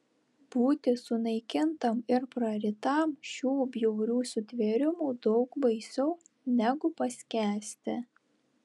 būti sunaikintam ir prarytam šių bjaurių sutvėrimų daug baisiau negu paskęsti